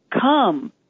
come